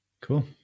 Cool